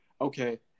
okay